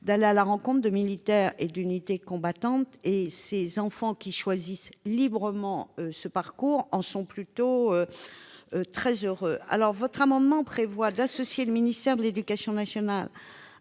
d'aller à la rencontre de militaires et d'unités combattantes. Ces enfants, qui choisissent librement ce parcours, en sont plutôt très satisfaits. Vous proposez d'associer le ministère de l'éducation nationale